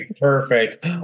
Perfect